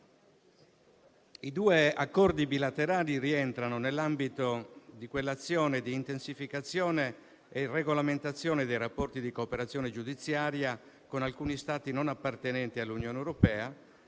i due Accordi bilaterali rientrano nell'ambito di quell'azione di intensificazione e regolamentazione dei rapporti di cooperazione giudiziaria con alcuni Stati non appartenenti all'Unione europea,